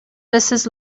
mrs